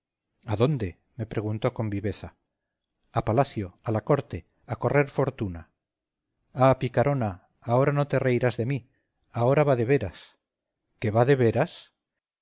a dónde me preguntó con viveza a palacio a la corte a correr fortuna ah picarona ahora no te reirás de mí ahora va de veras qué va de veras